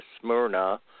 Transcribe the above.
Smyrna